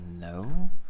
no